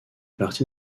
partie